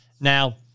Now